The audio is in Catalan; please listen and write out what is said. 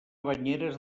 banyeres